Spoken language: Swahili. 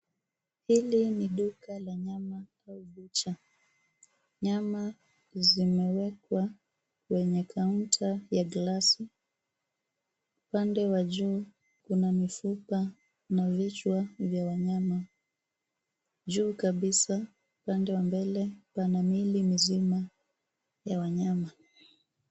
Hili ni duka la nyama au bucha. Nyama zimewekwa kwenye kaunta ya glasi. Upande wa juu kuna mifupa na vichwa vya wanyama. Juu kabisa upande wa mbele pana miili mizima ya wanyama.